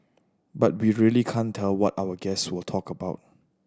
but we really can't tell what our guests will talk about